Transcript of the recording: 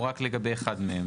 או רק לגבי אחד מהם?